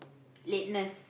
lateness